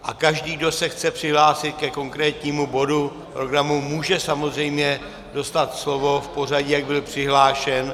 A každý, kdo se chce přihlásit ke konkrétnímu bodu programu, může samozřejmě dostat slovo v pořadí, jak byl přihlášen.